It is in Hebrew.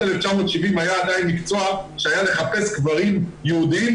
1970 היה עדיין מקצוע שהיה לחפש קברים יהודיים,